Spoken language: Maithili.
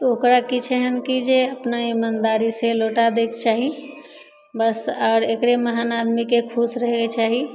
तऽ ओकरा किछु एहन कि जे अपने ईमानदारीसँ लौटा दैके चाही बस आर एकरे महान आदमीके खुश रहयके चाही